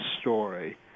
story